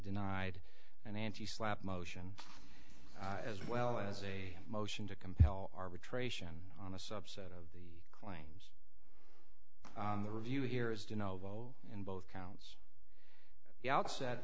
denied an anti slapp motion as well as a motion to compel arbitration on a subset of the claims on the review here is to novo in both counts the outset